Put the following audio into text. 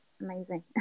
amazing